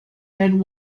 and